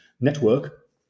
network